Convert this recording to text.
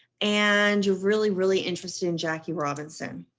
and you're really, really interested in jackie robinson,